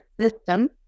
system